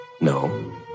No